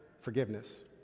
forgiveness